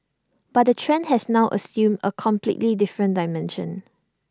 but the trend has now assumed A completely different dimension